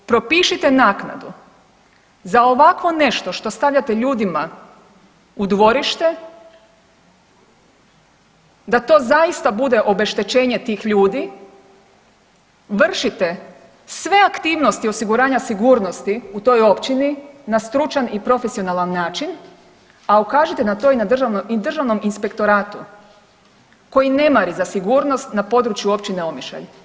Propišite naknadu za ovakvo nešto što stavljate ljudima u dvorište da to zaista bude obeštećenje tih ljudi, vršite sve aktivnosti osiguranja sigurnosti u toj općini na stručan i profesionalan način, a ukažite na to i na Državnom inspektoratu koji ne mari za sigurnost na području općine Omišalj.